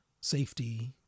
safety